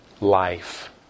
life